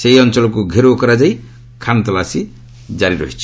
ସେହି ଅଞ୍ଚଳକୁ ଘେରଉ କରାଯାଇ ଖାନତଲାସୀ ଜାରି ରହିଛି